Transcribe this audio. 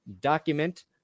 document